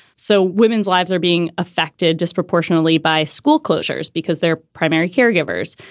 so women's lives are being affected disproportionately by school closures because their primary caregivers.